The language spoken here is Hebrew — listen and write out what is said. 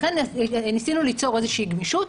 לכן ניסינו ליצור איזושהי גמישות.